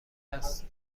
است